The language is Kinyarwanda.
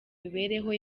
mibereho